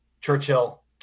Churchill